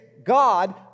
God